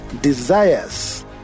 desires